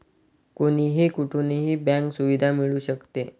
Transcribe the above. कोणीही कुठूनही बँक सुविधा मिळू शकते